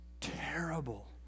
terrible